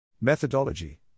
Methodology